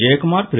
Jayakumar Thiru